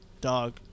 dog